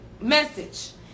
message